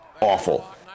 awful